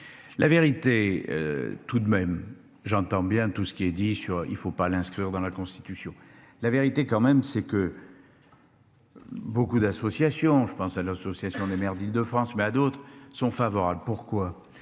La vérité. Tout de même. J'entends bien tout ce qui est dit sur il ne faut pas l'inscrire dans la Constitution la vérité quand même c'est que. Beaucoup d'associations, je pense à l'association des maires d'Île-de-France mais à d'autres sont favorables. Pourquoi.